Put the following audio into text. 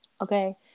Okay